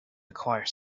acquire